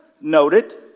noted